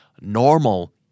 normal